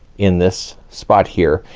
in this spot here,